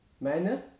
manner